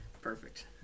Perfect